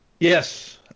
Yes